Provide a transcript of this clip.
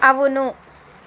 అవును